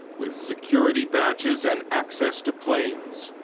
with security badges and access to planes.